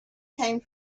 came